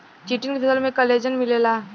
chitin के फसल में कोलेजन मिलेला